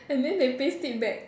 and then they paste it back